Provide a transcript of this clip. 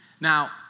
Now